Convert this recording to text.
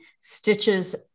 stitches